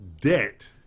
debt